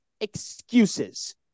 excuses